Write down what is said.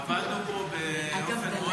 עבדנו מאוד לחוץ,